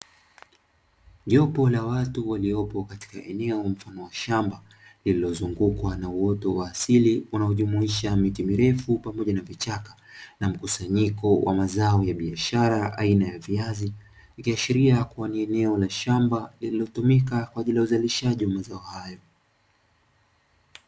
Jopo la watu waliopo katika eneo la mfano wa shamba lililozungukwa na uoto wa asili unaojumulisha miti mirefu pamoja na vichaka na mkusanyiko wa mazao ya biashara aina ya viazi, ikiashiria kuwa ni eneo la shamba lililotumika kwa ajili ya uzalishaji wa mazao hayo.